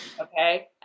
okay